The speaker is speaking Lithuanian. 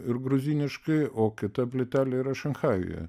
ir gruziniškai o kita plytelė yra šanchajuje